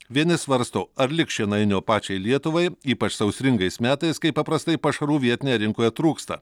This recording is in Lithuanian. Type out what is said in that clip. vieni svarsto ar liks šienainio pačiai lietuvai ypač sausringais metais kaip paprastai pašarų vietinėje rinkoje trūksta